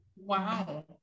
Wow